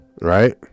Right